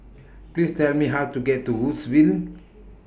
Please Tell Me How to get to Woodsville